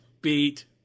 beat